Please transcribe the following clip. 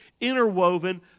interwoven